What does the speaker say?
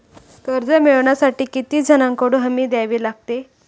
कर्ज मिळवण्यासाठी किती जणांकडून हमी द्यावी लागते?